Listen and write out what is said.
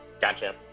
Gotcha